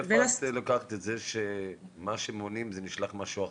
מאיפה את לוקחת את זה שעונים ונשלח משהו אחר?